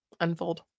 unfold